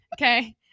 Okay